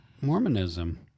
Mormonism